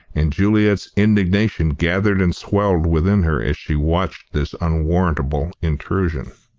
and juliet's indignation gathered and swelled within her as she watched this unwarrantable intrusion.